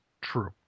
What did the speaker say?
true